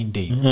days